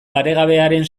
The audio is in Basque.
paregabearen